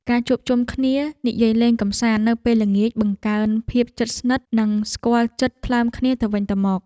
ការជួបជុំគ្នានិយាយលេងកម្សាន្តនៅពេលល្ងាចបង្កើនភាពជិតស្និទ្ធ និងស្គាល់ចិត្តថ្លើមគ្នាទៅវិញទៅមក។